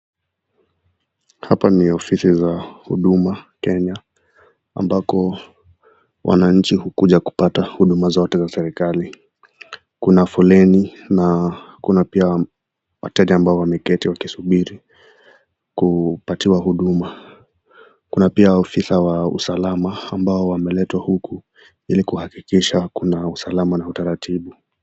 Hapa ni ofisi za Huduma Kenya ambapo wananchi hukuja kupata huduma zote za serikali. Kuna foleni na kuna pia wateja ambao wameketi wakisubiri kupatiwa huduma, kuna pia afisa wa usalama ambao wameletwa huku ili kuhakikisha kuna usalama na utaratibu.